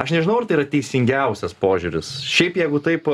aš nežinau ar tai yra teisingiausias požiūris šiaip jeigu taip